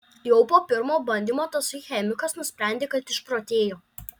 jau po pirmo bandymo tasai chemikas nusprendė kad išprotėjo